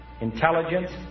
intelligence